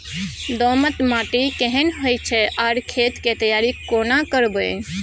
दोमट माटी केहन होय छै आर खेत के तैयारी केना करबै?